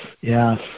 Yes